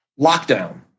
Lockdown